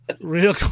Real